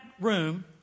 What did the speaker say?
room